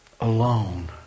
alone